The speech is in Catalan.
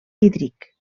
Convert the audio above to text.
hídric